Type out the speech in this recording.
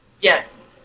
Yes